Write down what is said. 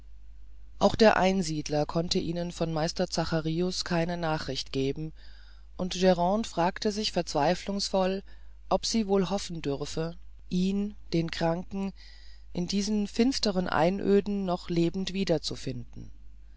auch der einsiedler wußte ihnen von meister zacharius keine nachricht zu geben und grande fragte sich verzweiflungsvoll ob sie wohl hoffen dürfe ihn den kranken in diesen finsteren einöden noch lebend wiederzufinden